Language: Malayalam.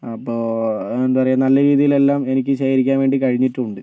അപ്പോൾ എന്താ പറയുക നല്ല രീതിയിലെല്ലാം എനിക്ക് ശേഖരിക്കാൻ വേണ്ടി കഴിഞ്ഞിട്ടും ഉണ്ട്